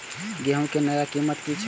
गेहूं के नया कीमत की छे?